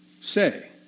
say